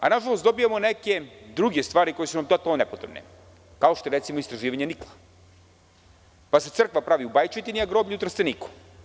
Nažalost dobijamo neke druge stvari koje su nam totalno nepotrebne, kao što je recimo istraživanje nikla, pa se crkva pravi u Bajčetini, a groblje u Trsteniku.